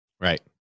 Right